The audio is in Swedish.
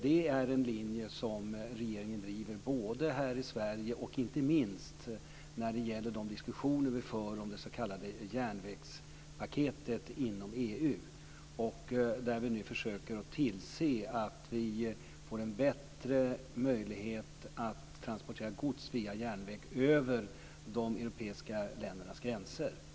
Det är en linje som regeringen driver både här i Sverige och - inte minst - i de diskussioner vi för om det s.k. järnvägspaketet inom EU. Där försöker vi nu tillse att vi får en bättre möjlighet att transportera gods via järnväg över de europeiska ländernas gränser.